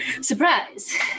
Surprise